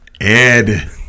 Ed